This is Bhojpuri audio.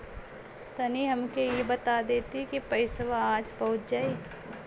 तनि हमके इ बता देती की पइसवा आज पहुँच जाई?